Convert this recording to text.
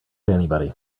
anybody